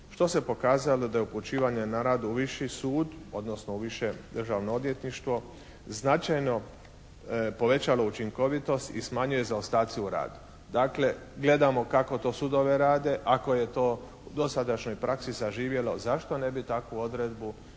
što se pokazalo da je upućivanje na rad u viši sud odnosno u više Državno odvjetništvo značajno povećalo učinkovitost i smanjuje zaostaci u radu. Dakle, gledamo kako to sudovi rade. Ako je to u dosadašnjoj praksi saživjelo zašto ne bi takvu odredbu i